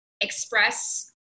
express